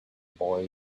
boy